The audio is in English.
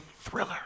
thriller